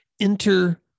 Enter